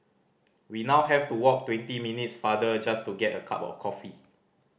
we now have to walk twenty minutes farther just to get a cup of coffee